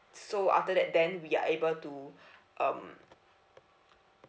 so after that then we are able to um